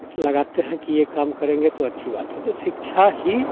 लगाते हैं कि ये काम करेंगे तो अच्छी बात है तो शिक्षा ही